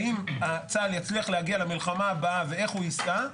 האם צה"ל יצליח להגיע למלחמה הבאה ואיך הוא ייסע,